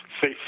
safe